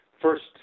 first